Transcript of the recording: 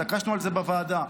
התעקשנו על זה בוועדה.